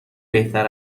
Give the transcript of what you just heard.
بهتر